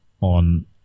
on